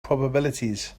probabilities